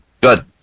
good